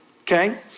Okay